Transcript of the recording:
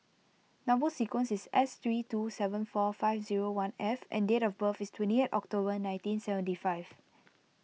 Number Sequence is S three two seven four five zero one F and date of birth is twenty eight October nineteen seventy five